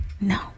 no